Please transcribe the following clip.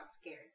scared